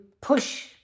push